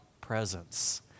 presence